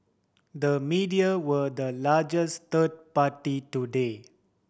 the media were the largest third party today